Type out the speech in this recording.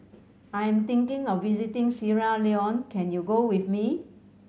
I am thinking of visiting Sierra Leone can you go with me